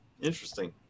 Interesting